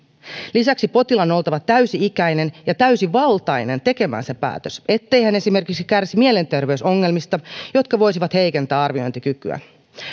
lisäksi potilaan on oltava täysi ikäinen ja täysivaltainen tekemään se päätös ettei hän esimerkiksi kärsi mielenterveysongelmista jotka voisivat heikentää arviointikykyä